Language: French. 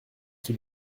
qui